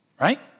Right